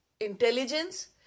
Intelligence